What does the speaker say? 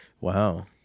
wow